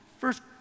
First